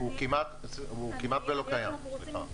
הוא כמעט ולא קיים.